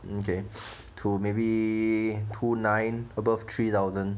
okay to maybe two nine above three thousand